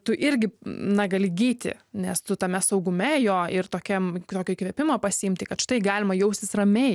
tu irgi na gali gyti nes tu tame saugume jo ir tokiam tokio įkvėpimą pasiimti kad štai galima jaustis ramiai